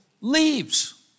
leaves